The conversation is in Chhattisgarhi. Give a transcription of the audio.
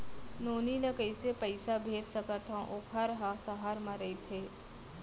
नोनी ल कइसे पइसा भेज सकथव वोकर ह सहर म रइथे?